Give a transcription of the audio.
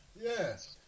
Yes